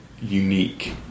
unique